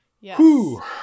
yes